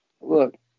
look